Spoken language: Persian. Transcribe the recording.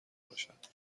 باشد